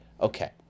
okay